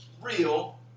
real